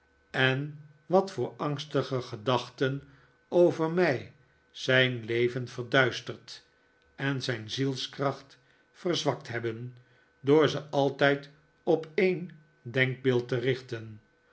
en wat voor angstige gedachten over mij zijn leven verduisterd en zijn zielskracht verzwakt hebben door ze altijd op een denkbeeld te richten